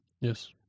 Yes